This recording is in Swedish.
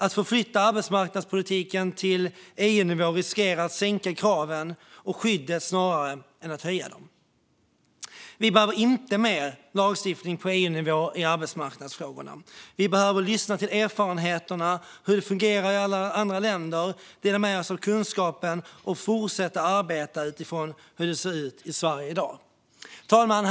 En förflyttning av arbetsmarknadspolitiken till EU-nivå riskerar att sänka kraven och skyddet snarare än höja dem. Vi behöver inte mer lagstiftning på EU-nivå i arbetsmarknadsfrågorna. Vi behöver lyssna på erfarenheterna av hur det fungerar i alla andra länder, dela med oss av kunskapen och fortsätta arbeta utifrån hur det ser ut i Sverige i dag. Herr talman!